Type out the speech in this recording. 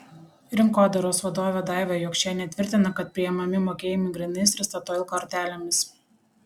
rinkodaros vadovė daiva jokšienė tvirtina kad priimami mokėjimai grynais ir statoil kortelėmis